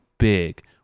big